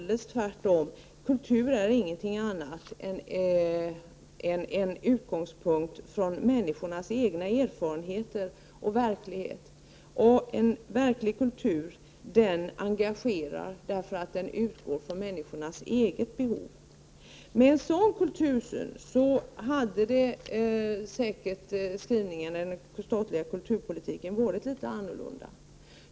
Det är tvärtom! Kultur är ingenting annat än en utgångspunkt för människornas egna erfarenheter och verklighet. En verklig kultur engagerar därför att den utgår från människornas egna behov. Med en sådan kultursyn hade säkert den statliga kulturpolitiken varit litet annorlunda.